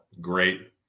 great